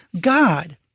God